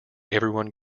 everyone